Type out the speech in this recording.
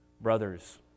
Brothers